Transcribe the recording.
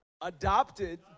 adopted